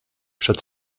przed